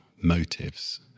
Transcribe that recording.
motives